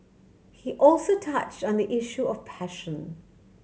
he also touch on the issue of passion